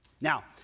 Now